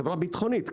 חברה בטחונית,